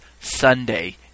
Sunday